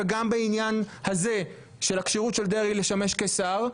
וגם בעניין הזה של הכשירות של דרעי לשמש כשר,